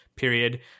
period